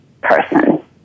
person